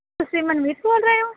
ਤੁਸੀ ਮਨਮੀਤ ਬੋਲ ਰਹੇ ਹੋ